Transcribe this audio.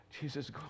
Jesus